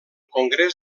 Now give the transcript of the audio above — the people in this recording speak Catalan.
congrés